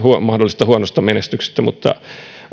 mahdollisesta huonosta menestyksestä mutta